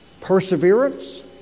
perseverance